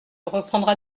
reprendras